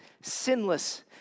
sinless